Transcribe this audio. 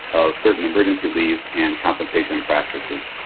of certain emergency leave and compensation practices.